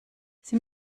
sie